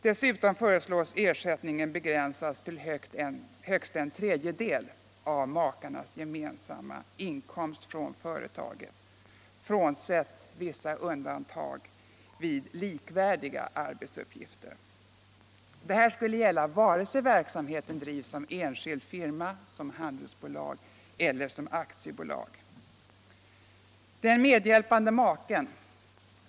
Dessutom föreslås ersättningen begränsad till högst en tredjedel av makarnas gemensamma inkomst från företaget, frånsett vissa undantag vid likvärdiga arbetsuppgifter. Detta skulle gälla vare sig verksamheten drivs som enskild firma, som handelsbolag eller som aktiebolag.